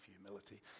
humility